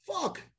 Fuck